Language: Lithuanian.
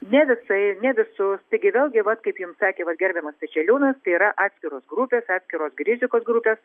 ne visai ne visus taigi vėlgi vat kaip jums sakė va gerbiamas pečeliūnas tai yra atskiros grupės atskiros rizikos grupės